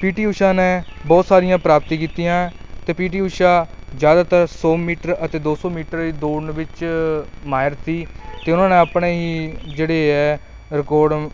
ਪੀ T Usha ਨੇ ਬਹੁਤ ਸਾਰੀਆਂ ਪ੍ਰਾਪਤੀਆਂ ਕੀਤੀਆਂ ਅਤੇ ਪੀ ਟੀ ਊਸ਼ਾ ਜ਼ਿਆਦਾਤਰ ਸੌ ਮੀਟਰ ਅਤੇ ਦੋ ਸੌ ਮੀਟਰ ਦੌੜ ਵਿੱਚ ਮਾਹਿਰ ਸੀ ਅਤੇ ਉਹਨਾਂ ਨੇ ਆਪਣੇ ਹੀ ਜਿਹੜੇ ਹੈ ਰਿਕਾਰਡ